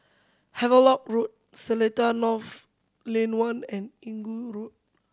Havelock Road Seletar North Lane One and Inggu Road